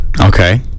Okay